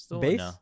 Base